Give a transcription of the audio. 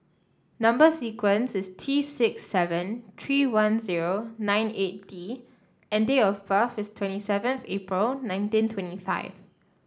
number sequence is T six seven three one zero nine eight D and date of birth is twenty seventh April nineteen twenty five